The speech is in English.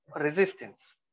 resistance